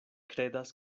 kredas